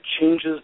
changes